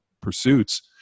pursuits